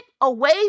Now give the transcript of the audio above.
away